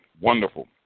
wonderful